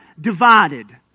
divided